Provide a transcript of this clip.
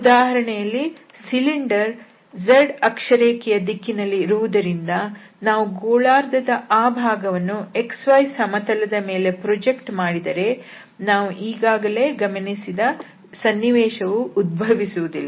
ಈ ಉದಾಹರಣೆಯಲ್ಲಿ cylinder z ಅಕ್ಷರೇಖೆಯ ದಿಕ್ಕಿನಲ್ಲಿ ಇರುವುದರಿಂದ ನಾವು ಗೋಳಾರ್ಧದ ಆ ಭಾಗವನ್ನು xy ಸಮತಲದ ಮೇಲೆ ಪ್ರಾಜೆಕ್ಟ್ ಮಾಡಿದರೆ ನಾವು ಈಗಷ್ಟೇ ಗಮನಿಸಿದ ಸನ್ನಿವೇಶವು ಉದ್ಭವಿಸುವುದಿಲ್ಲ